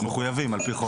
מחויבים על-פי חוק.